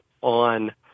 on